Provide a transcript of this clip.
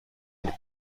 and